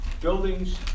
buildings